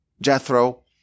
Jethro